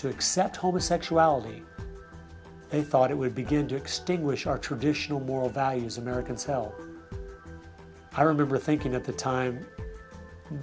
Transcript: to accept homosexuality they thought it would begin to extinguish our traditional moral values american style i remember thinking at the time